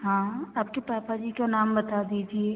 हाँ आपके पापा जी का नाम बता दीजिए